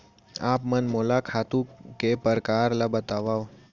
आप मन मोला खातू के प्रकार ल बतावव?